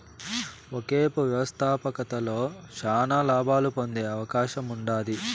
ఒకేపు వ్యవస్థాపకతలో శానా లాబాలు పొందే అవకాశముండాది